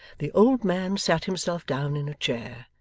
the old man sat himself down in a chair,